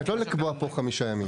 זאת אומרת, לא לקבוע פה חמישה ימים.